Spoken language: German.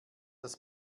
das